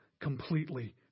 completely